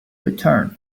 returned